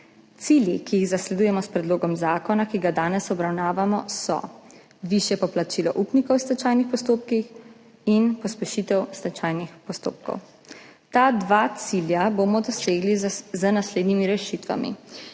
Cilji, ki jih zasledujemo s predlogom zakona, ki ga danes obravnavamo, so: višje poplačilo upnikov v stečajnih postopkih in pospešitev stečajnih postopkov. Ta dva cilja bomo dosegli z naslednjimi rešitvami.